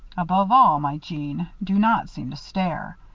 above all, my jeanne, do not seem to stare.